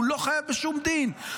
הוא לא חייב בשום דין.